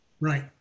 Right